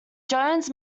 jones